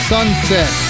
Sunset